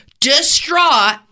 distraught